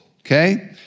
okay